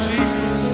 Jesus